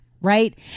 right